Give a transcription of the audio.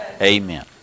Amen